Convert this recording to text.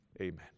Amen